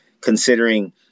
considering